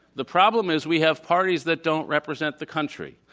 the problem is we have parties that don't represent the country.